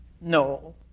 No